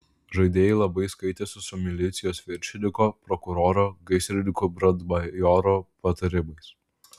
žaidėjai labai skaitėsi su milicijos viršininko prokuroro gaisrininkų brandmajoro patarimais